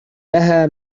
لها